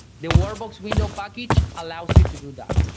the workbox window package allows you to do that.